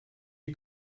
you